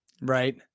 Right